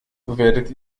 werdet